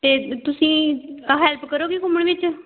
ਅਤੇ ਤੁਸੀਂ ਆਹ ਹੈਲਪ ਕਰੋਗੇ ਘੁੰਮਣ ਵਿੱਚ